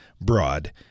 broad